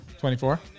24